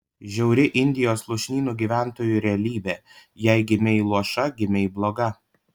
žiauri indijos lūšnynų gyventojų realybė jei gimei luoša gimei bloga